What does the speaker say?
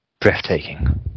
Breathtaking